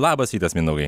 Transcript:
labas rytas mindaugai